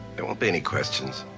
there won't be any questions.